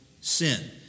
sin